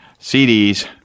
CDs